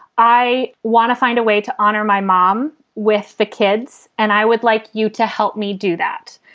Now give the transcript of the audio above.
i want to find a way to honor my mom with the kids. and i would like you to help me do that,